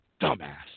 Dumbass